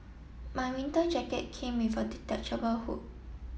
my winter jacket came with a detachable hood